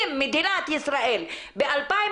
אם מדינת ישראל ב-2020,